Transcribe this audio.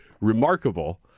remarkable